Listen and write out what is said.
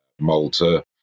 Malta